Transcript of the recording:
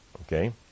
Okay